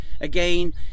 again